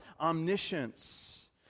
omniscience